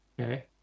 Okay